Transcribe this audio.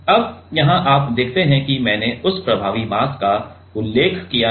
अब यहाँ आप देखते हैं कि मैंने उस प्रभावी मास का उल्लेख किया है